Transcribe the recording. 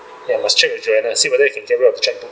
then I must check with joanna is whether I can get rid of cheque book